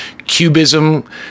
Cubism